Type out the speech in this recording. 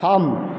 থাম